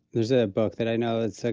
there's a book that i know, it's like,